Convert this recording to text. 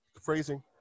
Phrasing